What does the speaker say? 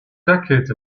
decades